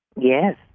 Yes